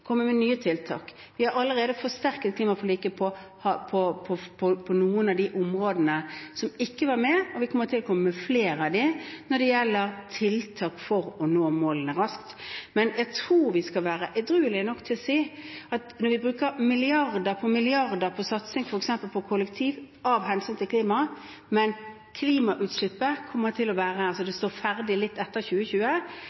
komme med nye tiltak. Vi har allerede forsterket klimaforliket på noen av de områdene som ikke var med, og vi kommer til å komme med flere tiltak der vi kan nå målene raskt. Men jeg tror vi skal være edruelige nok til å si at når vi bruker milliarder på milliarder på satsing f.eks. på kollektiv av hensyn til klimaet, som står ferdig litt etter 2020, er ikke det å være tilbakelent, men det